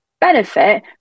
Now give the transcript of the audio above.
benefit